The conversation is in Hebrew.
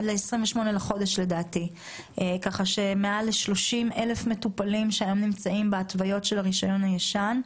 כך שמעל 30,000 מטופלים שנמצאים היום בהתוויות של הרישיון הישן,